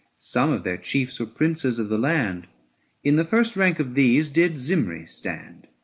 some of their chiefs were princes of the land in the first rank of these did zimri stand,